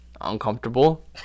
uncomfortable